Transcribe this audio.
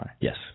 Yes